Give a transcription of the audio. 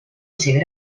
ser